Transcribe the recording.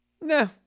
no